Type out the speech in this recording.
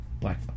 Black